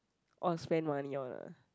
orh spend money on ah